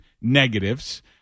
negatives